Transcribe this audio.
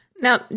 Now